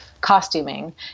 costuming